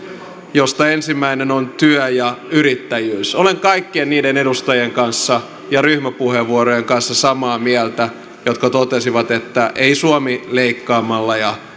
joista ensimmäinen on työ ja yrittäjyys olen kaikkien niiden edustajien kanssa ja ryhmäpuheenvuorojen kanssa samaa mieltä jotka totesivat että ei suomi leikkaamalla ja